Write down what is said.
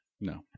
no